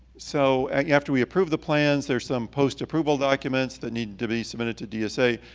so, after we approve the plans, there's some post approval documents that need to be submitted to dsa.